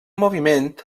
moviment